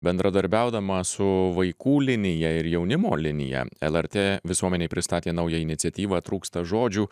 bendradarbiaudama su vaikų linija ir jaunimo linija lrt visuomenei pristatė naują iniciatyvą trūksta žodžių